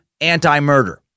anti-murder